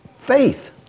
Faith